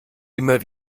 immer